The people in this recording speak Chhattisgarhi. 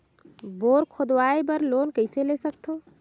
बोर खोदवाय बर लोन कइसे ले सकथव?